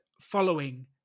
following